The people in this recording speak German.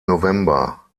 november